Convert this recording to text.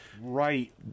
Right